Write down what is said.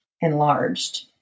enlarged